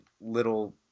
little